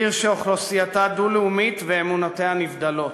עיר שאוכלוסייתה דו-לאומית ואמונותיה נבדלות,